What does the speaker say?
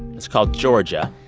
it's called georgia.